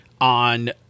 on